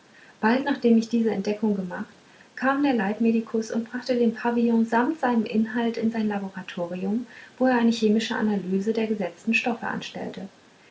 bald nachdem ich diese entdeckung gemacht kam der leibmedikus und brachte den pavillon samt seinem inhalt in sein laboratorium wo er eine chemische analyse der gesetzten stoffe anstellte